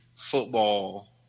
Football